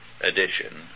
edition